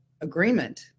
agreement